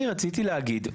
אני רציתי להגיד.